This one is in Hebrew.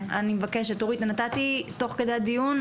אני מבקשת אורית נתתי תוך כדי הדיון,